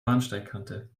bahnsteigkante